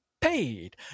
paid